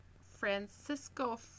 Francisco